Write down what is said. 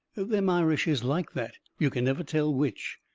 them irish is like that, you can never tell which.